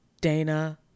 Dana